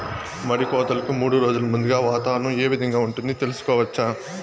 మడి కోతలకు మూడు రోజులు ముందుగా వాతావరణం ఏ విధంగా ఉంటుంది, తెలుసుకోవచ్చా?